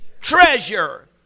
treasure